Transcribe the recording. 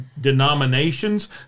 denominations